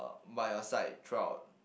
by your side throughout